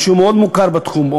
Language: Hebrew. מישהו מאוד מוכר בתחום,